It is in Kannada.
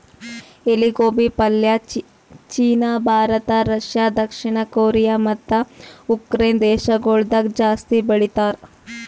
ಎಲಿ ಗೋಬಿ ಪಲ್ಯ ಚೀನಾ, ಭಾರತ, ರಷ್ಯಾ, ದಕ್ಷಿಣ ಕೊರಿಯಾ ಮತ್ತ ಉಕರೈನೆ ದೇಶಗೊಳ್ದಾಗ್ ಜಾಸ್ತಿ ಬೆಳಿತಾರ್